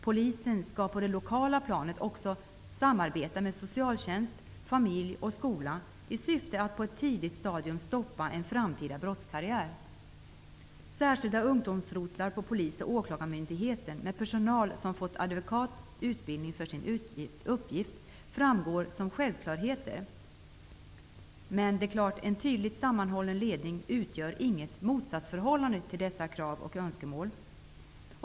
Polisen skall på det lokala planet också samarbeta med socialtjänst, familj och skola i syfte att på ett tidigt stadium stoppa en framtida brottskarriär. Särskilda ungdomsrotlar på polis och åklagarmyndigheterna, med personal som fått adekvat utbildning för sin uppgift, framstår som självklarheter. En tydligt sammanhållen ledning står naturligtvis inte i motsättning till dessa krav och önskemål.